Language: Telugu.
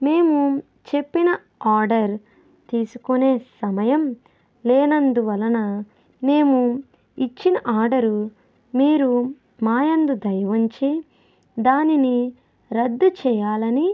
మేము చెప్పిన ఆర్డర్ తీసుకునే సమయం లేనందువలన మేము ఇచ్చిన ఆర్డర్ మీరు మాయందు దయ ఉంచి దానిని రద్దు చేయాలని